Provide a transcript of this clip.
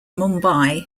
mumbai